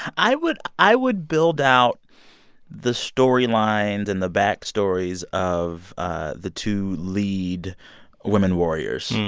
i would i would build out the storylines and the backstories of ah the two lead women warriors.